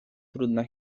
trudna